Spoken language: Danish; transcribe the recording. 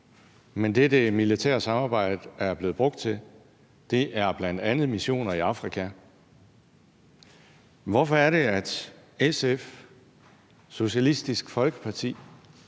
Men det, det militære samarbejde er blevet brugt til, er bl.a. missioner i Afrika. Hvorfor synes SF, Socialistisk Folkeparti,